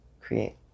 create